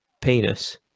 penis